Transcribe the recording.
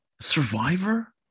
Survivor